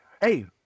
hey